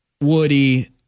Woody